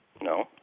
No